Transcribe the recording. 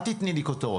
אל תיתני לי כותרות.